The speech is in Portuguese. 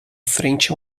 frente